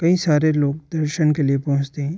कई सारे लोग दर्शन के लिए पहुँचते हैं